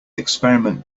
experiment